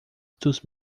dos